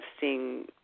seeing